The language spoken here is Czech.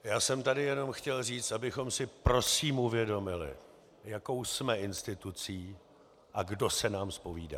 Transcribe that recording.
Já jsem tedy jenom chtěl říct, abychom si prosím uvědomili, jakou jsme institucí a kdo se nám zpovídá.